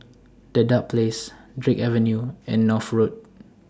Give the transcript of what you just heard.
Dedap Place Drake Avenue and North Road